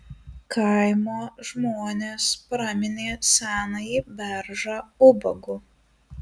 kaimo žmonės praminė senąjį beržą ubagu